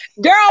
Girl